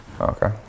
Okay